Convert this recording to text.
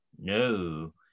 No